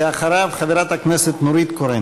ואחריו, חברת הכנסת נורית קורן.